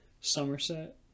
Somerset